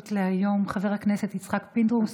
השאילתות להיום חבר הכנסת יצחק פינדרוס,